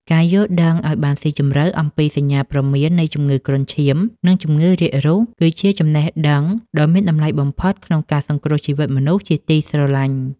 ការយល់ដឹងឱ្យបានស៊ីជម្រៅអំពីសញ្ញាព្រមាននៃជំងឺគ្រុនឈាម និងជំងឺរាករូស គឺជាចំណេះដឹងដ៏មានតម្លៃបំផុតក្នុងការសង្គ្រោះជីវិតមនុស្សជាទីស្រឡាញ់។